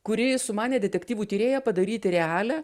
kuri sumanė detektyvų tyrėja padaryti realią